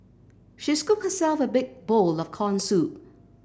she scooped herself a big bowl of corn soup